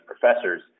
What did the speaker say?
professors